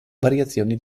variazioni